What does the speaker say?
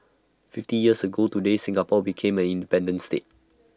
fifty years ago today Singapore became an independent state